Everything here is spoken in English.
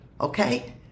Okay